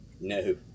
No